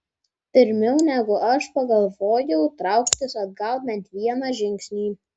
pirmiau negu aš pagalvojau trauktis atgal bent vieną žingsnį